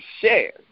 share